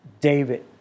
David